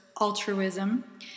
altruism